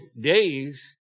days